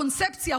הקונספציה,